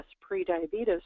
pre-diabetes